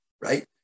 right